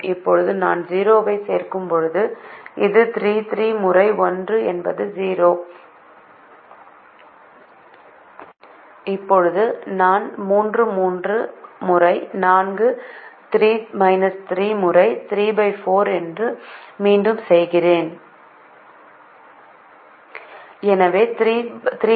இப்போது நான் 0 ஐ சேர்க்கும் போது இது முறை 1 என்பது 0 இப்போது நான் முறை 4 முறை 34 என்று மீண்டும் செய்கிறேன்